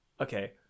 Okay